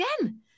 again